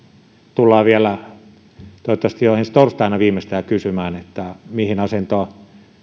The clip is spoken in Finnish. tullaan vielä kysymään toivottavasti jo ensi torstaina viimeistään mihin asentoon